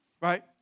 right